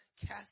cast